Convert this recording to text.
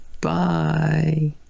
Bye